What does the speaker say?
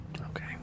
Okay